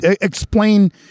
explain